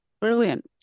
Brilliant